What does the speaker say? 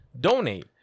Donate